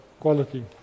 Quality